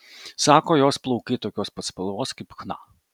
sako jos plaukai tokios pat spalvos kaip chna